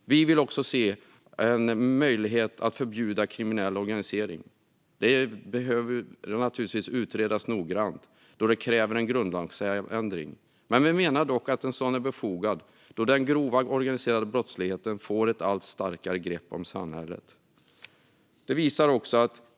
Vi vill också se en möjlighet att förbjuda kriminell organisering. Detta behöver naturligtvis utredas noggrant då det kräver en grundlagsändring. Vi menar dock att en sådan är befogad då den grova organiserade brottsligheten får ett allt starkare grepp om samhället.